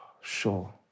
sure